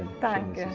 thank